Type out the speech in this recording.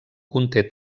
conté